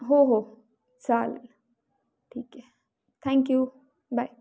हो हो चालेल ठीक आहे थँक्यू बाय